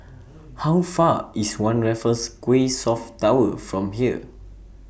How Far IS one Raffles Quay South Tower from here